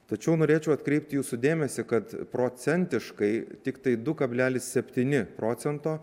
tačiau norėčiau atkreipt jūsų dėmesį kad procentiškai tiktai du kablelis septyni procento